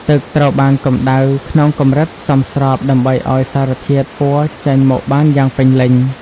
ទឹកត្រូវបានកម្តៅក្នុងកម្រិតសមស្របដើម្បីឱ្យសារធាតុពណ៌ចេញមកបានយ៉ាងពេញលេញ។